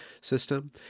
system